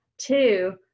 Two